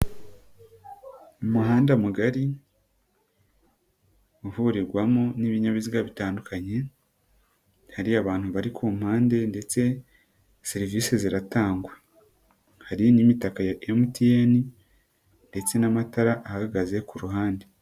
Umuhanda mugari uvurirwamo n'ibinyabiziga bitandukanye hari abantu bari ku mpande ndetse serivise ziratangwa, hari n'imitaka ya MTN ndetse n'amatara ahagaze ku ruhande.